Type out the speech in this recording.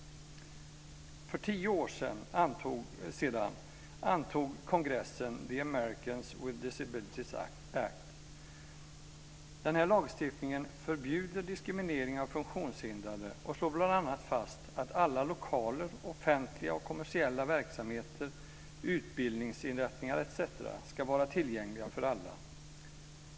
För tio år sedan antog kongressen Americans with Disabilities Act. Denna lagstiftning förbjuder diskriminering av funktionshindrade och slår bl.a. fast att alla lokaler, offentliga och kommersiella verksamheter, utbildningsinrättningar etc. ska vara tillgängliga för alla.